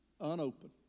unopened